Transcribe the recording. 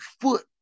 foot